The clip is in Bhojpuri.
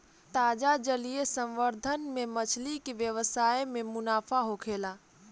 ताजा जलीय संवर्धन से मछली के व्यवसाय में मुनाफा होखेला